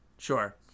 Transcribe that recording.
Sure